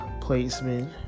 placement